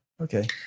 Okay